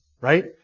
right